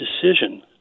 decision